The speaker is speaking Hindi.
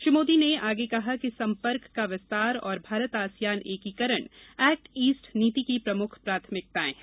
श्री मोदी ने आगे कहा कि संपर्क का विस्तार और भारत आसियान एकीकरण एक्ट ईस्ट नीति की प्रमुख प्राथमिकताएं हैं